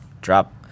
drop